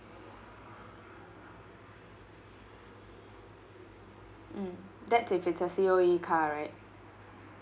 mm that's if it's a C_O_E car right